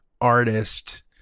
artist